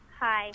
Hi